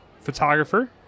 photographer